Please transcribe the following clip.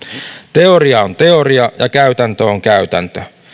teoria on teoria ja käytäntö on käytäntö